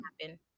happen